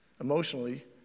emotionally